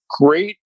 great